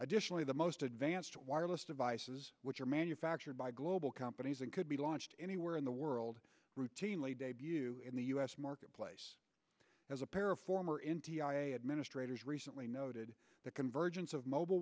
additionally the most advanced wireless devices which are manufactured by global companies and could be launched anywhere in the world routinely debut in the u s marketplace as a pair of former administrators recently noted the convergence of mobile